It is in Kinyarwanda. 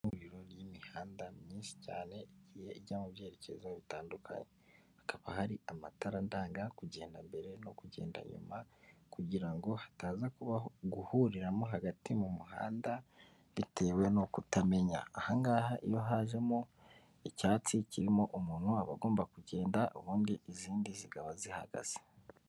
Ihuriro ry'imihanda myinshi cyane igiye ijya mu byerekezo bitandukanye. Hakaba hari amatara ndanga kugenda mbere no kugenda nyuma, kugirango hataza kubaho guhurira mo hagati mu muhanda bitewe no kutamenya. Aha ngaha iyo hajemo icyatsi kirimo umuntu aba agomba kugenda ubundi izindi zikaba zihagaze.